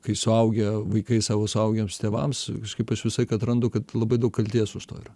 kai suaugę vaikai savo suaugiems tėvams kaip aš visąlaik atrandu kad labai daug kaltės už to yra